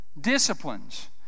Disciplines